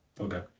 Okay